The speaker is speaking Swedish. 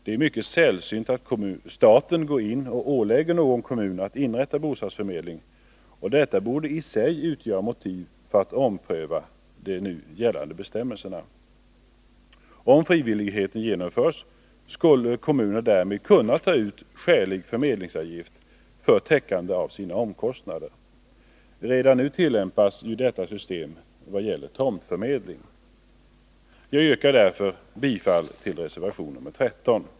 Det är mycket sällsynt att staten går in och ålägger någon kommun att inrätta bostadsförmedling, och detta borde i sig utgöra motiv för att ompröva gällande bestämmelser. Om frivilligheten genomförs skulle kommunerna därmed kunna ta ut skälig förmedlingsavgift för täckande av sina omkostnader. Redan nu tillämpas detta system vad gäller tomtförmedling. Jag yrkar därför bifall till reservation 13.